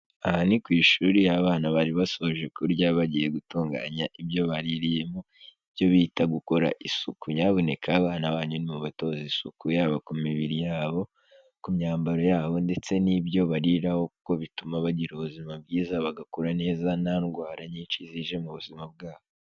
Aha ni ku ishuri abana bari basoje kurya bagiye gutunganya ibyo baririyemo, ibyo bita gukora isuku. Nyabuneka abana banyu nimubatoze isuku yabo ku mibiri yabo, ku myambaro yabo ndetse n'ibyo bariraho, kuko bituma bagira ubuzima bwiza bagakura neza nta ndwara nyinshi zije mu buzima bwabo.